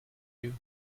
you